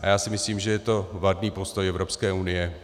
A já si myslím, že je to vadný postoj Evropské unie.